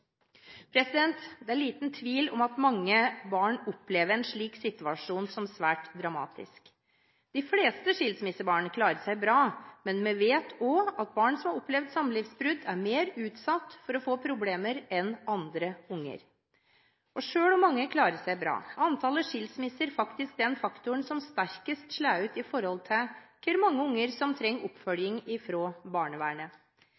Det er liten tvil om at mange barn opplever en slik situasjon som svært dramatisk. De fleste skilsmissebarn klarer seg bra, men vi vet også at barn som har opplevd samlivsbrudd, er mer utsatt for å få problemer enn andre barn. Selv om mange klarer seg bra, er antall skilsmisser faktisk den faktoren som sterkest slår ut i forhold til hvor mange barn som trenger